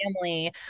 family